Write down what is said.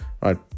right